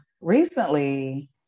recently